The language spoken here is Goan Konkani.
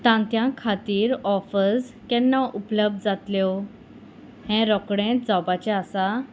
तांतयां खातीर ऑफर्स केन्ना उपलब्ध जातल्यो हें रोखडेंच जावपाचें आसा